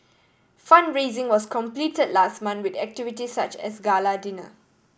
fund raising was completed last month with activities such as gala dinner